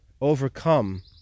overcome